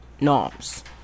norms